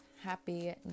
Happy